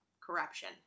corruption